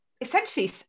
Essentially